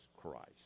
Christ